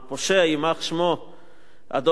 יימח שמו אדולף היטלר,